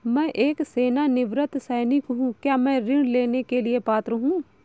मैं एक सेवानिवृत्त सैनिक हूँ क्या मैं ऋण लेने के लिए पात्र हूँ?